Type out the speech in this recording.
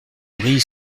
brille